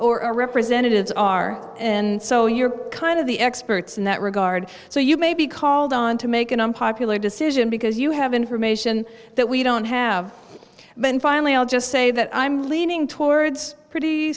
our representatives are and so you're kind of the experts in that regard so you may be called on to make an unpopular decision because you have information that we don't have been finally i'll just say that i'm leaning towards pretty